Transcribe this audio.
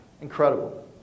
Incredible